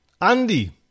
Andy